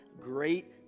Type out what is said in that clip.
great